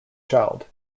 child